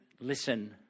listen